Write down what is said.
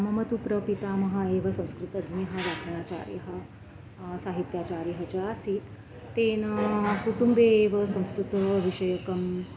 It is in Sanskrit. मम तु प्रपितामहः एव संस्कृतज्ञः व्याकरणाचार्यः साहित्याचार्यः च आसीत् तेन कुटुम्बे एव संस्कृतविषयकम्